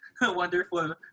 wonderful